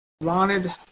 wanted